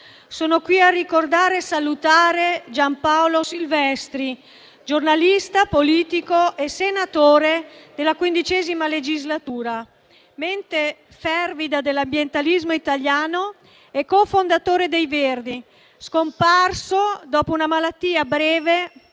sono qui a ricordare e a salutare Gianpaolo Silvestri, giornalista, politico e senatore della XV legislatura, mente fervida dell'ambientalismo italiano e cofondatore dei Verdi, scomparso dopo una malattia breve